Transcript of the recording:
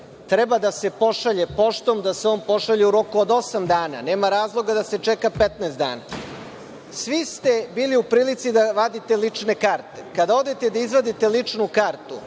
treba da se pošalje poštom, da se on pošalje u roku od osam dana, nema razloga da se čeka 15 dana. Svi ste bili u prilici da vadite lične karte. Kada odete da izvadite ličnu kartu